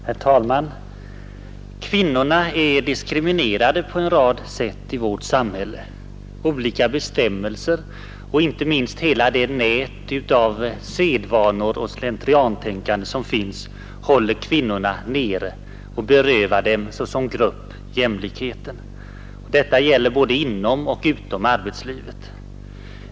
Herr talman! Kvinnorna är på flera sätt diskriminerade i vårt samhälle. Olika bestämmelser, och inte minst hela det nät av sedvanor och slentriantänkande som finns, håller kvinnorna nere och berövar dem som grupp jämlikheten. Detta gäller både inom och utom arbetslivet.